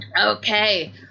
Okay